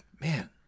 man